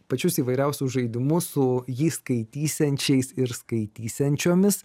pačius įvairiausius žaidimus su jį skaitysiančiais ir skaitysiančiomis